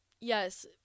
Yes